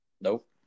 Nope